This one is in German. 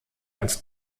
als